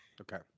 Okay